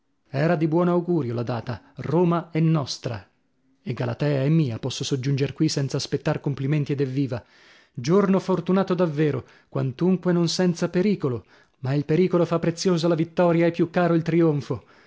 era di buon augurio la data roma è nostra e galatea è mia posso soggiunger qui senza aspettar complimenti ed evviva giorno fortunato davvero quantunque non senza pericolo ma il pericolo fa preziosa la vittoria e più caro il trionfo